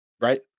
Right